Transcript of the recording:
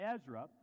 Ezra